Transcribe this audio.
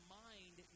mind